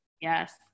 yes